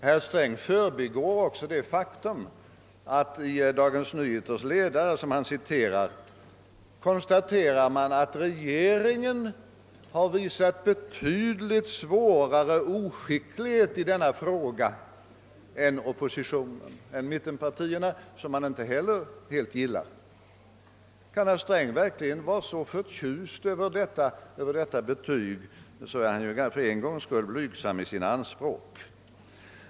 Herr Sträng citerar Dagens Nyheters ledare, i vilken det också heter: »Givetvis är ett oskickligt uppträdande hos oppositionen en mycket dålig ursäkt för en betydligt svårare motsvarighet hos regeringen.» Detta faktum förbigår herr Sträng. Kan herr Sträng verkligen vara så förtjust över detta betyg, är han för en gångs skull blygsam i sina anspråk.